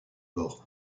bords